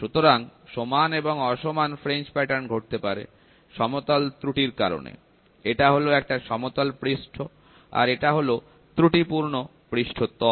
সুতরাং সমান এবং অসমান ফ্রিঞ্জ প্যাটার্ন ঘটতে পারে সমতল ত্রুটির কারণে এটা হল একটা সমতল পৃষ্ঠ আর এটা একটা ত্রুটিপূর্ণ পৃষ্ঠতল